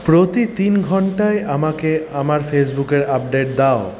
প্রতি তিন ঘন্টায় আমাকে আমার ফেসবুকের আপডেট দাও